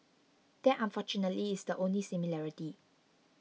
that unfortunately is the only similarity